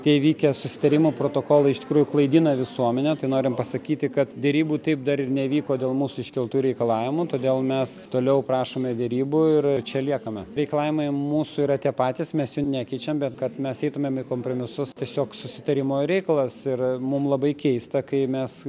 tie įvykę susitarimo protokolai iš tikrųjų klaidina visuomenę tai norim pasakyti kad derybų taip dar ir nevyko dėl mūsų iškeltų reikalavimų todėl mes toliau prašome derybų ir čia liekame reikalavimai mūsų yra tie patys mes jų nekeičiam bet kad mes eitumėm kompromisus tiesiog susitarimo reikalas ir mum labai keista kai mes